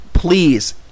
Please